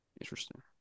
Interesting